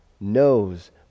knows